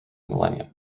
millennium